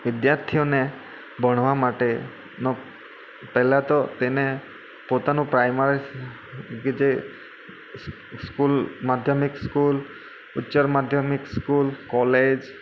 વિદ્યાર્થીઓને ભણવા માટેનો પહેલાં તો તેને પોતાનું પ્રાઈમરી કે જે સ્કૂલ સ્કૂલ માધ્યમિક સ્કૂલ ઉચ્ચત્તર માધ્યમિક સ્કૂલ કોલેજ